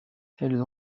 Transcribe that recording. elles